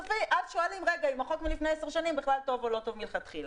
סופי אז שואלים אם החוק מלפני עשר שנים הוא טוב או לא טוב מלכתחילה.